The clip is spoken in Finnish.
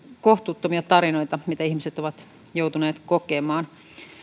kohtuuttomia tarinoita mitä ihmiset ovat joutuneet kokemaan